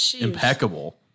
impeccable